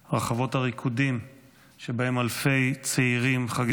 רחבות הריקודים שבהן אלפי צעירים חגגו